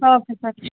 okay sir